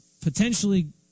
potentially